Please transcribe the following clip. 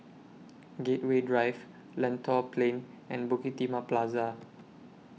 Gateway Drive Lentor Plain and Bukit Timah Plaza